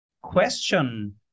question